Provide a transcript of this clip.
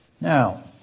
Now